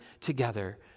together